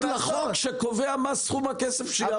לחוק שקובע מה סכום הכסף שיעמוד לרשות התאגיד?